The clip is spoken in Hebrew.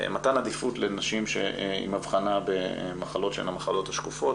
מתן עדיפות לנשים עם אבחנה במחלות שהן המחלות השקופות,